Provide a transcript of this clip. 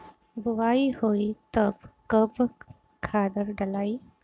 बोआई होई तब कब खादार डालाई?